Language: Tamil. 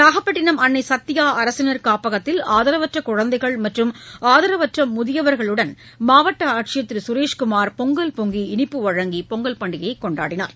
நாகப்பட்டினம் அன்னை சத்யா அரசினர் காப்பகத்தில் ஆதரவற்ற குழந்தைகள் மற்றும் ஆதரவற்ற முதியவர்களுடன் மாவட்ட ஆட்சியர் திரு சுரேஷ்குமார் பொங்கல் பொங்கி இனிப்பு வழங்கி பொங்கல் பண்டியையை கொண்டாடினார்